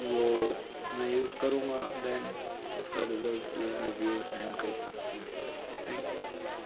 वो मैं यूज करूंगा दैन उसका रिजल्ट रिव्यू सेंड कर सकते हैं थैंक यू